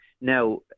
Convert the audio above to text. Now